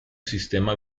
sistema